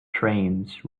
trains